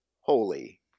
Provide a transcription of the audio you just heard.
holy